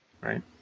Right